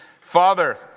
Father